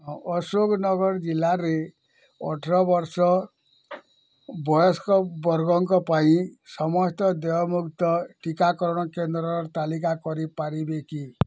ଅଶୋକନଗର ଜିଲ୍ଲାରେ ଅଠର ବର୍ଷ ବୟସ ବର୍ଗଙ୍କ ପାଇଁ ସମସ୍ତ ଦେୟମୁକ୍ତ ଟିକାକରଣ କେନ୍ଦ୍ରର ତାଲିକା କରିପାରିବ କି